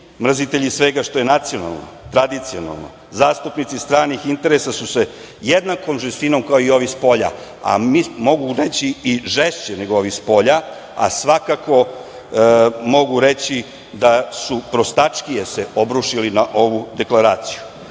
mrzitelji svega što je nacionalno, tradicionalno, zastupnici stranih interesa su se jednakom žestinom kao i ovih spolja, a mogu reći i žešće nego ovi spolja, a svakako mogu reći da su prostačkije se obrušili na ovu Deklaracije. Tako